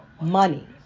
money